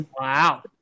wow